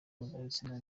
mpuzabitsina